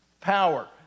power